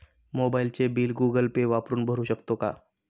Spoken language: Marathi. मोबाइलचे बिल गूगल पे वापरून भरू शकतो का?